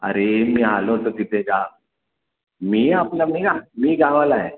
अरे मी आलो होतो तिथे जा मी आपला मी ना मी गावाला आहे